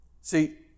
See